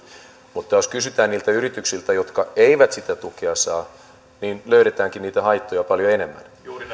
mutta jos kysytään niiltä yrityksiltä jotka eivät sitä tukea saa niin löydetäänkin niitä haittoja paljon enemmän